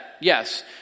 Yes